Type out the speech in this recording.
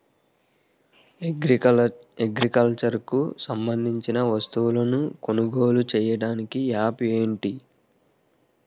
Agriculture కు సంబందించిన వస్తువులను కొనుగోలు చేయటానికి యాప్లు ఏంటి?